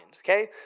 Okay